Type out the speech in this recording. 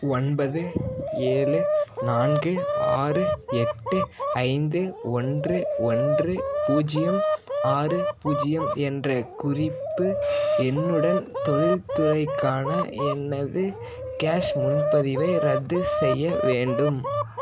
ஒன்பது ஏழு நான்கு ஆறு எட்டு ஐந்து ஒன்று ஒன்று பூஜ்ஜியம் ஆறு பூஜ்ஜியம் என்ற குறிப்பு எண்ணுடன் தொழில்துறைக்கான எனது கேஸ் முன்பதிவை ரத்து செய்ய வேண்டும்